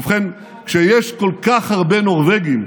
ובכן, כשיש כל כך הרבה נורבגים,